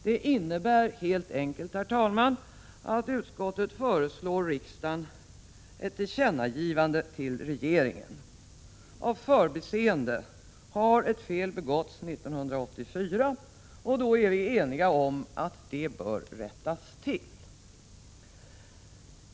Det innebär helt enkelt, herr talman, att utskottet föreslår riksdagen ett tillkännagivande till regeringen. Av förbiseende har ett fel begåtts 1984, och vi är ense om att det bör rättas till.